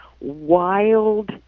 wild